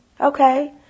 okay